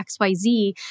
XYZ